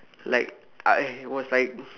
like I was like